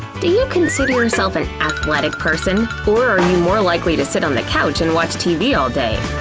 do you consider yourself an athletic person? or are you more likely to sit on the couch and watch tv all day?